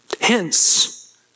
hence